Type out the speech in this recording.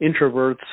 introverts